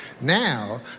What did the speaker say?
now